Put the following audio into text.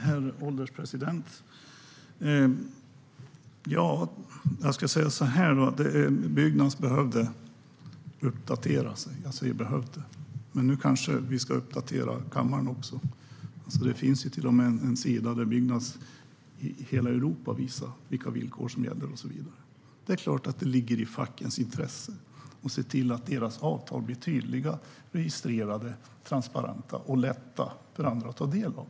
Herr ålderspresident! Ja, Byggnads behövde uppdateras. Låt mig nu uppdatera kammaren. Nu finns till och med en sida där Byggnads i hela Europa visar vilka villkor som gäller. Det är klart att det ligger i fackens intresse att deras avtal blir tydliga, registrerade, transparenta och lätta för andra att ta del av.